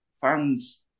fans